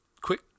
quick